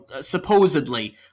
supposedly